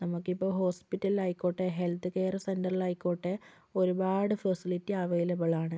നമുക്ക് ഇപ്പോൾ ഹോസ്പിറ്റലിൽ ആയിക്കോട്ടെ ഹെൽത്ത് കെയർ സെൻററിൽ ആയിക്കോട്ടെ ഒരുപാട് ഫെസിലിറ്റിസ് അവൈലബിൾ ആണ്